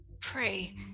Pray